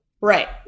right